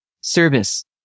service